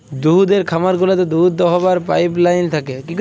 দুহুদের খামার গুলাতে দুহুদ দহাবার পাইপলাইল থ্যাকে